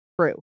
true